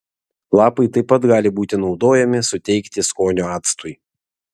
lapai taip pat gali būti naudojami suteikti skonio actui